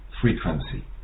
frequency